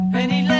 Penny